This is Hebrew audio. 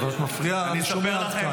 את מפריעה, אני שומע אותך.